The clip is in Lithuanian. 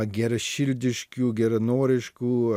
geraširdiškių geranoriškų